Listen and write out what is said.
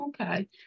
okay